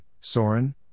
Soren